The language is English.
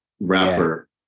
rapper